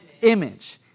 image